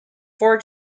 four